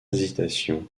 hésitation